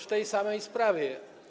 W tej samej sprawie.